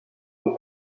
des